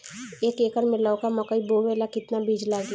एक एकर मे लौका मकई बोवे ला कितना बिज लागी?